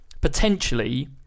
potentially